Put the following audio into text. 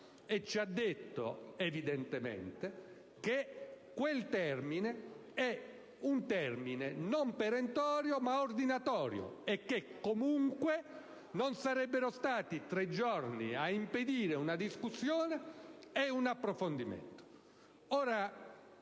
Ci ha detto che quel termine non è perentorio ma ordinatorio e che comunque non sarebbero stati i tre giorni ad impedire una discussione e un approfondimento.